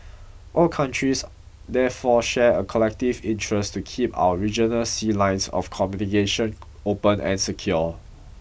all countries therefore share a collective interest to keep our regional sea lines of communication open and secure